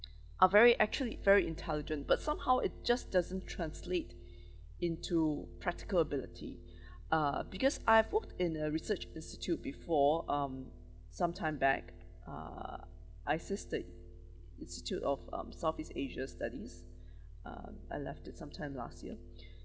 are very actually very intelligent but somehow it just doesn't translate into practical ability uh because I've worked in a research institute before um sometime back uh I assist the institute of um southeast asia studies uh I left at sometime last year